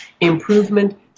improvement